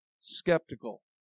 skeptical